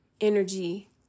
energy